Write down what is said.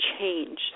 change